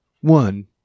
One